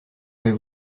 vais